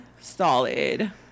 Solid